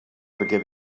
perquè